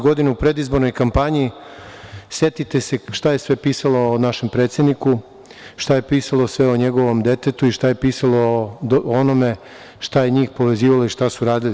Godine 2012. u predizbornoj kampanji setite se šta je sve pisalo o našem predsedniku, šta je pisalo sve o njegovom detetu i šta je pisalo o onome šta je njih povezivali i šta su radili.